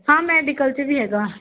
ਹਾਂ ਮੈਡੀਕਲ 'ਚ ਵੀ ਹੈਗਾ